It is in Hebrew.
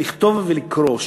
לכתוב ולקרוא,